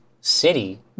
city